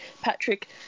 Patrick